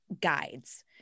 guides